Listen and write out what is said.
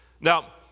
Now